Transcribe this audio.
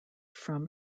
from